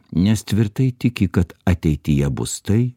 nes tvirtai tiki kad ateityje bus tai